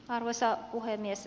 arvoisa puhemies